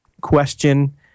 question